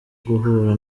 guhura